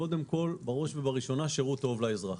קודם כל, שירות טוב לאזרח,